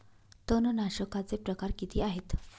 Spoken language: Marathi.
तणनाशकाचे प्रकार किती आहेत?